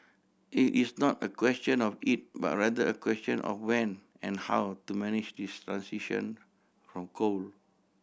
it is not a question of if but rather a question of when and how to manage the transition from coal